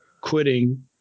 quitting